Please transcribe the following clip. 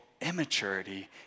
immaturity